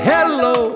Hello